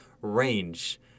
range